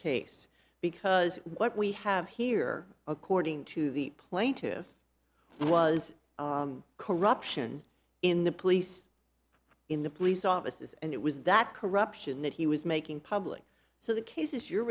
case because what we have here according to the plaintiffs was corruption in the police in the police offices and it was that corruption that he was making public so the cases you're